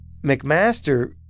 McMaster